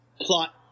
plot